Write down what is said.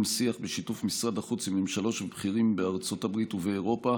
שיח בשיתוף משרד החוץ עם ממשלות ובכירים בארצות הברית ובאירופה